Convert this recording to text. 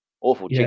awful